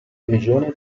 prigione